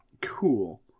Cool